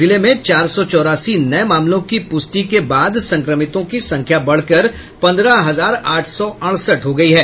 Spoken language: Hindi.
जिले में चार सौ चौरासी नये मामलों की प्रष्टि के बाद संक्रमितों की संख्या बढ़कर पन्द्रह हजार आठ सौ अड़सठ हो गयी है